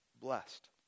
blessed